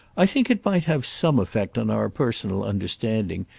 i think it might have some effect on our personal understanding.